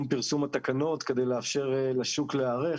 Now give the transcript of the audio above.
פרסום התקנות כדי לאפשר לשוק להיערך.